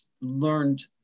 learned